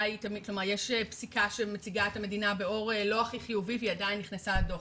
יש פסיקה שמציגה את המדינה באור לא הכי חיובי והיא עדיין נכנסה לדו"ח.